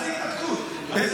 שחק את החלומות של השלום.